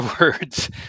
words